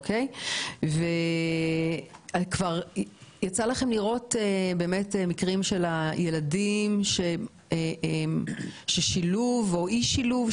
יצא לכם לראות מקרים של ילדים ששילובם או אי שילובם